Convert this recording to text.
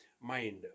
mind